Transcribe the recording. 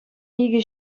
икӗ